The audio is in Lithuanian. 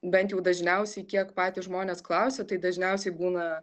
bent jau dažniausiai kiek patys žmonės klausia tai dažniausiai būna